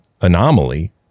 anomaly